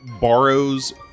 borrows